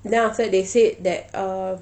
then after that they said that uh